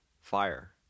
Fire